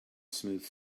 smooth